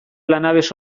lanabes